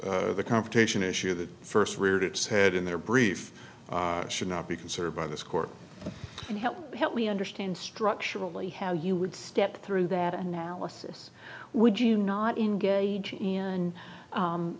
or the confrontation issue that first reared its head in their brief should not be considered by this court to help help me understand structurally how you would step through that analysis would you not engage in